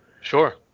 Sure